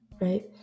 right